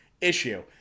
issue